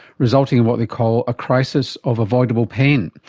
resulting in what they call a crisis of avoidable pain.